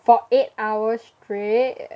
for eight hours straight